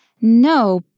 No